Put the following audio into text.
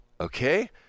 okay